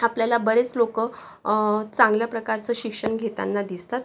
आपल्याला बरेच लोक चांगल्या प्रकारचं शिक्षण घेताना दिसतात